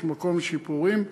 יש מקום לשיפורים,